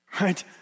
Right